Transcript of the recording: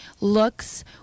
looks